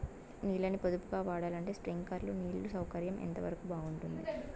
నీళ్ళ ని పొదుపుగా వాడాలంటే స్ప్రింక్లర్లు నీళ్లు సౌకర్యం ఎంతవరకు బాగుంటుంది?